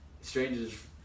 strangers